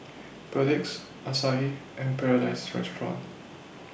Perdix Asahi and Paradise Restaurant